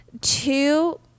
two